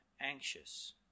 anxious